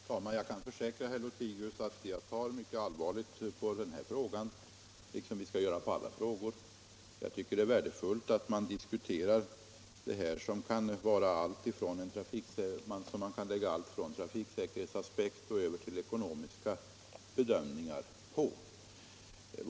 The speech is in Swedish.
Herr talman! Jag kan försäkra herr Lothigius att jag tar mycket allvarligt på den här frågan — det skall vi göra på alla frågor. Jag tycker det är värdefullt att man diskuterar detta, som man kan lägga allt från trafikaspekter till ekonomiska bedömningar på.